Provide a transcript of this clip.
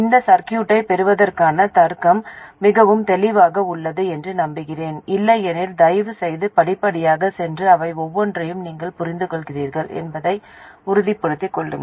இந்த சர்க்யூட்டைப் பெறுவதற்கான தர்க்கம் மிகவும் தெளிவாக உள்ளது என்று நம்புகிறேன் இல்லையெனில் தயவு செய்து படிப்படியாகச் சென்று அவை ஒவ்வொன்றையும் நீங்கள் புரிந்துகொள்கிறீர்கள் என்பதை உறுதிப்படுத்திக் கொள்ளுங்கள்